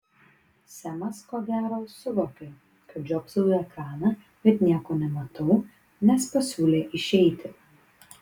semas ko gero suvokė kad žiopsau į ekraną bet nieko nematau nes pasiūlė išeiti